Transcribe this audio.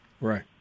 Right